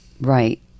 Right